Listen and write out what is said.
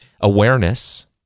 Awareness